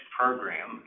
program